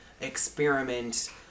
experiment